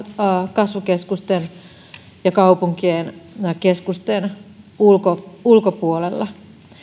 kasvukeskusten ja kaupunkien keskusten ulkopuolella ulkopuolella